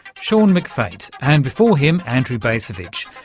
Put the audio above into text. sean mcfate, and before him andrew bacevich,